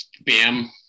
bam